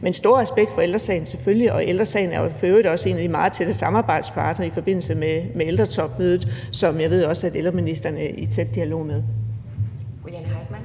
Men stor respekt for Ældre Sagen, selvfølgelig, og Ældre Sagen er for øvrigt også en af de meget tætte samarbejdspartnere i forbindelse med ældretopmødet, som jeg også ved at ældreministeren er i tæt dialog med.